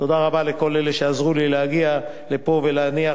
תודה רבה לכל אלה שעזרו לי להגיע לפה ולהניח